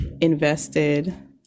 invested